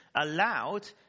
allowed